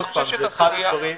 אני שואל שאלה,